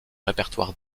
répertoire